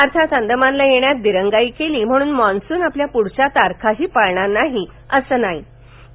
अर्थात अंदमानला येण्यात दिरंगाई केली म्हणून मान्सून आपल्या पुढच्या तारखाही पाळणार नाही वसं नसतं